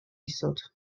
isod